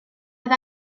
oedd